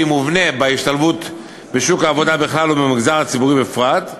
מובנה בהשתלבות בשוק העבודה בכלל ובמגזר הציבורי בפרט.